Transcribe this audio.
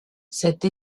cette